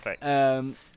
perfect